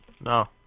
No